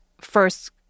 first